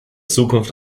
zukunft